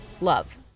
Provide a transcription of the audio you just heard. love